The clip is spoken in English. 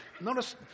notice